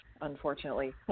unfortunately